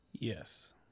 Yes